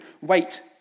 wait